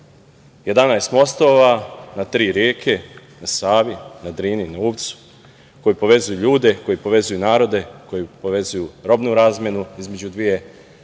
mostova na tri reke – na Savi, na Drini, na Uvcu koji povezuju ljude, koji povezuju narode, koji povezuju robnu razmenu između dve države,